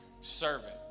servant